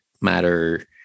matter